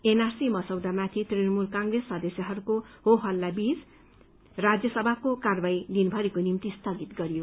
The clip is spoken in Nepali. एनआरसी मसौदामाथि तृणमूल कंग्रेस सदस्यहरूको होहल्ला बीच राज्यसभाको कार्यवाही दिनभरिको निम्ति स्थगित गरियो